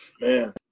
Man